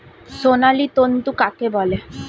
সোনালী তন্তু কাকে বলে?